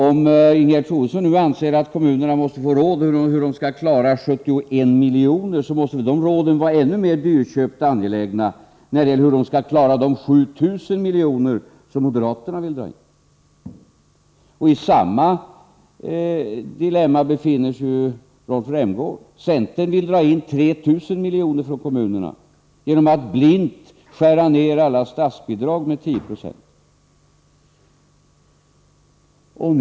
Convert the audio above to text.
Om Ingegerd Troedsson nu anser att kommunerna måste få råd om hur de skall klara 71 miljoner, måste väl de råden vara ännu mer dyrköpta och angelägna när det gäller hur de skall klara de 7 000 miljoner som moderaterna vill dra in. I samma dilemma befinner sig också Rolf Rämgård. Centern vill dra in 3 000 miljoner från kommunerna genom att blint skära ned alla statsbidragen med 1096.